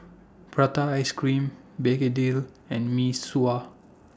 Prata Ice Cream Begedil and Mee Sua